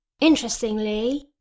interestingly